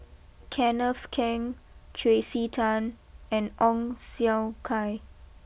Kenneth Keng Tracey Tan and Ong Siong Kai